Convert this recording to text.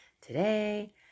today